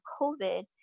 COVID